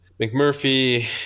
McMurphy